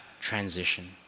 transition